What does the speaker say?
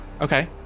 Okay